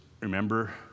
Remember